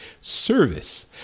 service